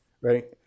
right